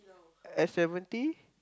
ice lemon tea